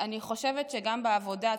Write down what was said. אני חושבת שגם בעבודה,